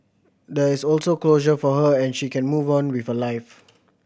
there is also closure for her and she can move on with her life